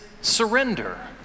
surrender